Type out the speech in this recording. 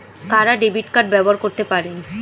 কারা debit card ব্যবহার করতে পারেন?